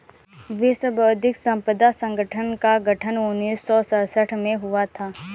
विश्व बौद्धिक संपदा संगठन का गठन उन्नीस सौ सड़सठ में हुआ था